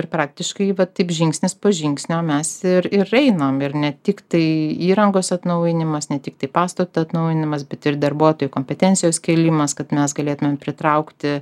ir praktiškai va taip žingsnis po žingsnio mes ir ir einam ir ne tik tai įrangos atnaujinimas ne tiktai pastato atnaujinimas bet ir darbuotojų kompetencijos kėlimas kad mes galėtumėm pritraukti